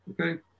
Okay